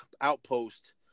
outpost